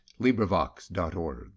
LibriVox.org